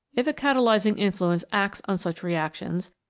if a catalysing influence acts on such reactions,